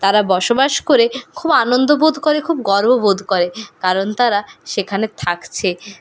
তারা বসবাস করে খুব আনন্দ বোধ করে খুব গর্ববোধ করে কারণ তারা সেখানে থাকছে